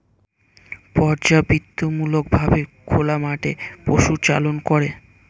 পর্যাবৃত্তিমূলক ভাবে খোলা মাঠে পশুচারণ করে